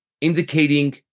indicating